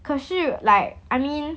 可是 like I mean